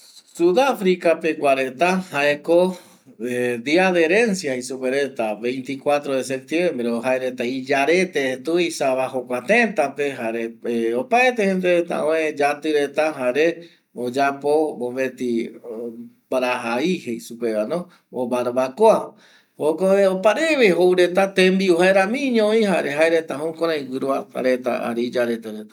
Sudafrica pegua reta jae ko dia de herencia jei supe reta veinticuadro de septiembre jaereta iyarete tuisa jokua teta pe va jare opaete yati reta jare oyapo mopeti barajai o barabacoa jei supereta va jaema opareve tembiu jaema jukurei guruata iyarete reta.